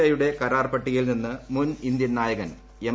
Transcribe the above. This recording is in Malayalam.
ഐ യുടെ കരാർ പട്ടികയിൽ നിന്ന് മുൻ ഇന്ത്യൻ നായകൻ എം